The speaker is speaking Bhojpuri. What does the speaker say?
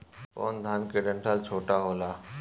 कौन धान के डंठल छोटा होला?